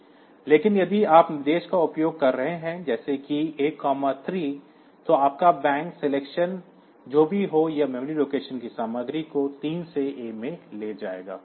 हालाँकि यदि आप निर्देश का उपयोग कर रहे हैं जैसे कि A 3 तो आपका बैंक सेलेक्शन जो भी हो यह मेमोरी लोकेशन की सामग्री को 3 से A में ले जाएगा